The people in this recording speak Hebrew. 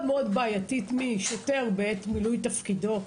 בעייתית מצדו של שוטר בעת מילוי תפקידו,